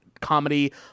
comedy